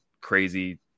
crazy